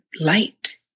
light